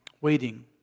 Waiting